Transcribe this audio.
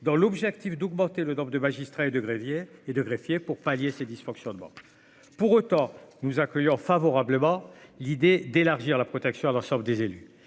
dans l'objectif d'augmenter le nombre de magistrats et de greffiers et de greffiers pour pallier ces dysfonctionnements pour autant nous accueillons favorablement l'idée d'élargir la protection à l'ensemble des élus,